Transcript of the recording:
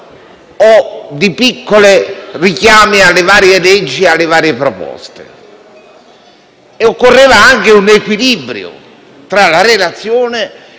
o di piccoli richiami alle varie leggi e alle varie proposte. Occorreva un equilibrio tra la relazione, le opposizioni